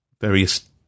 various